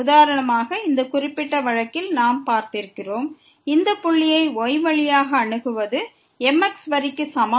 உதாரணமாக இந்த குறிப்பிட்ட வழக்கில் நாம் பார்த்திருக்கிறோம் இந்த புள்ளியை y வழியாக அணுகுவது mx வரிக்கு சமம்